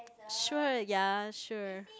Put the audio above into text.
sure ya sure